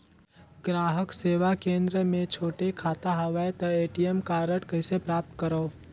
ग्राहक सेवा केंद्र मे छोटे खाता हवय त ए.टी.एम कारड कइसे प्राप्त करव?